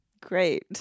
Great